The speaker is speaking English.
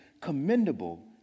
commendable